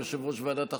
יושב-ראש ועדת החוקה,